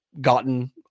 gotten